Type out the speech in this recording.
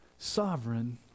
Sovereign